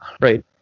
Right